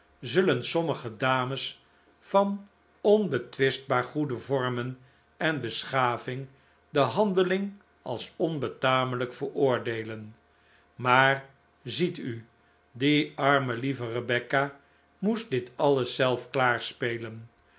zullen sommige dames van onbetwistbaar goede vormen en beschaving de handeling als onbetamelijk veroordeelen maar ziet u die arme lieve rebecca moest dit alles zelf